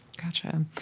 Gotcha